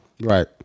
Right